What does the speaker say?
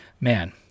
man